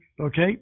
okay